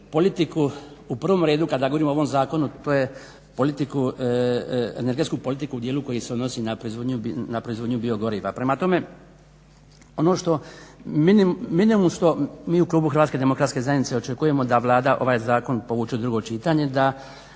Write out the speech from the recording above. u prvom redu kada govorimo o ovom zakonu to je politiku, energetsku politiku u dijelu koji se odnosi na proizvodnju biogoriva. Prema tome, ono što minimum što mi u klubu Hrvatske demokratske zajednice očekujemo da Vlada ovaj zakon povuče u drugo čitanje da